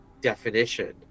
definition